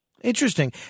Interesting